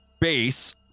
base